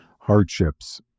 Hardships